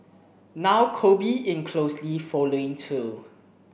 now Kobe in closely following too